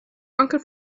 uncle